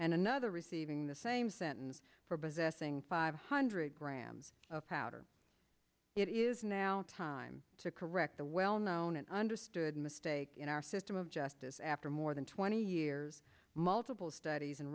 and another receiving the same sentence for possessing five hundred grams of powder it is now time to correct the well known and understood mistake in our system of justice after more than twenty years multiple studies and